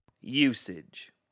Usage